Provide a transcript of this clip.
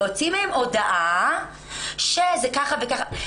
להוציא מהם הודעה שככה וככה.